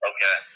Okay